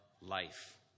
life